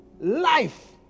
life